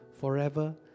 forever